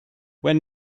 when